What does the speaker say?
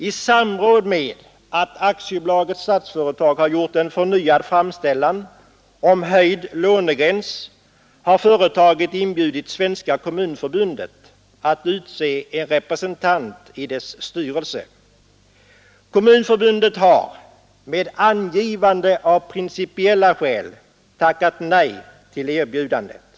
I samband med att AB Stadsfastigheter har gjort en förnyad framställning om höjd lånegräns har företaget inbjudit Svenska kommunförbundet att utse en representant i dess styrelse. Kommunförbundet har — med angivande av principiella skäl — tackat nej till erbjudandet.